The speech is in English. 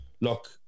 look